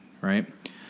right